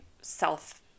self